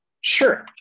Sure